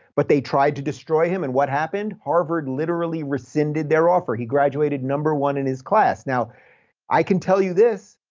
but they tried to destroy him and what happened? harvard literally rescinded their offer. he graduated number one in his class. now i can tell you this.